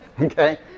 Okay